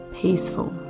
peaceful